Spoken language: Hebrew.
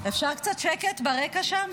אפשר קצת שקט ברקע שם?